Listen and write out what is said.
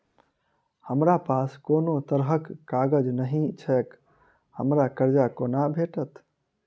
हमरा पास कोनो तरहक कागज नहि छैक हमरा कर्जा कोना भेटत?